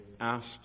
asked